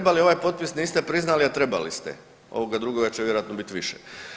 ovaj potpis niste priznali, a trebali ste, ovoga drugoga će vjerojatno bit više.